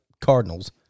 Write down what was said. Cardinals